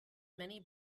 many